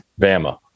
Bama